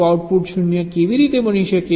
તો આઉટપુટ 0 કેવી રીતે બની શકે